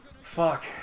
Fuck